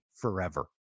forever